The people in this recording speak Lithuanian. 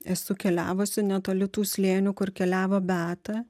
esu keliavusi netoli tų slėnių kur keliavo beata